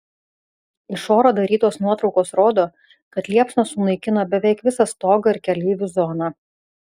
iš oro darytos nuotraukos rodo kad liepsnos sunaikino beveik visą stogą ir keleivių zoną